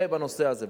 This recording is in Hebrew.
זה בנושא הזה.